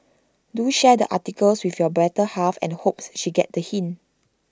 do share the article with your better half and hopes she get the hint